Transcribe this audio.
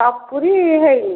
ସପୁରୀ ହେଇନି